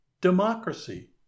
democracy